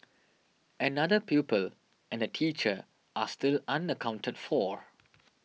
another pupil and a teacher are still unaccounted for